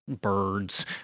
birds